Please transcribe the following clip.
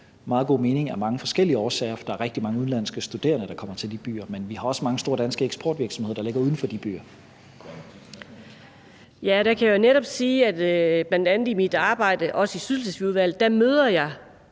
meget god mening af mange forskellige årsager, for der er rigtig mange udenlandske studerende, der kommer til de byer. Men vi har også mange store danske eksportvirksomheder, der ligger uden for de byer. Kl. 14:08 Formanden (Henrik Dam Kristensen): Fru Anni Matthiesen, værsgo. Kl.